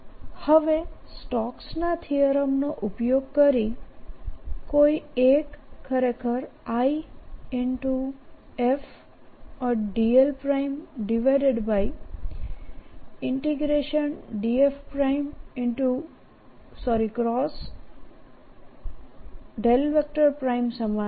હવે સ્ટોક્સના થીયરમનો ઉપયોગકરીકોઈ એક ખરેખર Ifdlds× સમાન છે